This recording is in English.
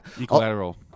Equilateral